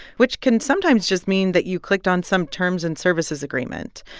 which can sometimes just mean that you clicked on some terms and services agreement.